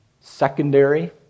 secondary